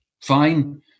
fine